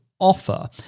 Offer